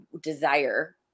desire